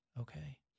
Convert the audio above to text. okay